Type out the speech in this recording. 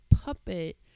puppet